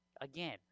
again